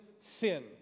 sin